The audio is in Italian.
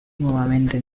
nuovamente